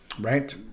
right